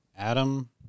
Adam